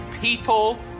people